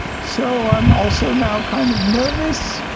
so i'm also now kind of nervous.